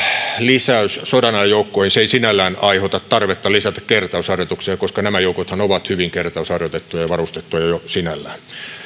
lisäys sodanajan joukkoihin ei sinällään aiheuta tarvetta lisätä kertausharjoituksia koska nämä joukothan ovat hyvin kertausharjoitettuja ja varustettuja jo jo sinällään